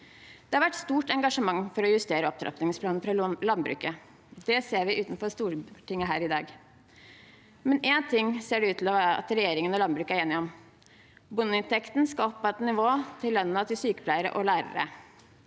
Det har vært stort engasjement for å justere opptrappingsplanen for landbruket. Det ser vi utenfor Stortinget her i dag. Men én ting ser det ut til at regjeringen og landbruket er enige om: Bondeinntekten skal opp på nivået til lønnen til sykepleiere og lærere.